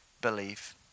believe